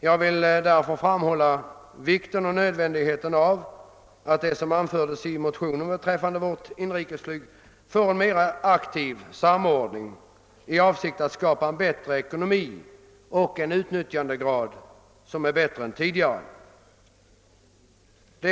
Jag vill framhålla vikten och nödvändigheten av att, som anförts i motionerna, inrikesflyget får en mer aktiv samordning i avsikt att skapa bättre ekonomi och en högre utnyttjandegrad än tidigare.